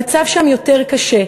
המצב שם יותר קשה.